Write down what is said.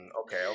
okay